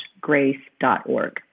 grace.org